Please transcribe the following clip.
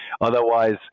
otherwise